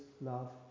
love